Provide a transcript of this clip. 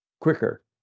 quicker